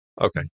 okay